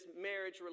marriage